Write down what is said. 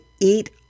eat